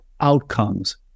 outcomes